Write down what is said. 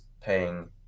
paying